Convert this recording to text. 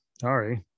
Sorry